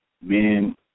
Men